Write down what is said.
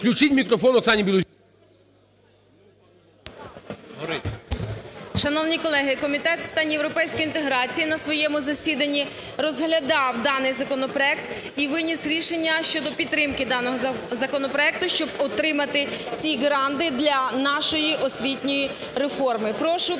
Включіть мікрофон Оксані Білозір. 17:32:29 БІЛОЗІР О.В. Шановні колеги, Комітет з питань європейської інтеграції на своєму засіданні розглядав даний законопроект і виніс рішення щодо підтримки даного законопроекту, щоб отримати ці гранти для нашої освітньої реформи. Прошу